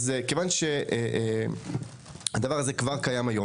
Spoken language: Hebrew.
אז כיוון שהדבר הזה כבר קיים היום,